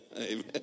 Amen